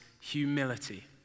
humility